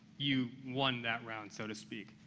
you won that round, so to speak.